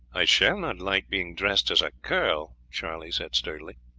i shall not like being dressed as a girl, charlie said sturdily.